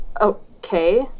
Okay